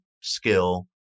skill